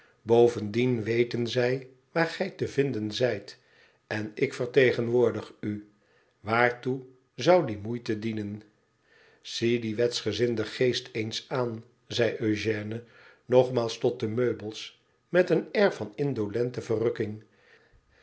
bovendien weten zij waar gij te vinden zijt en ik vertegenwoordig u waartoe zou die moeite dienen f zie dien wetsgezinden geest eens aan zei eugène nogmaals tot de meubels met een air van indolente verrukking